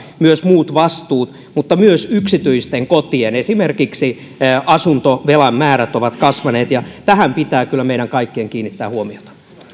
myös muut vastuut mutta myös esimerkiksi yksityisten kotien asuntovelan määrät ovat kasvaneet ja tähän pitää kyllä meidän kaikkien kiinnitä huomiota